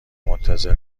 منتظر